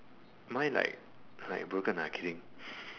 my like like broken lah kidding